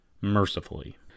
Mercifully